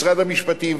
משרד המשפטים,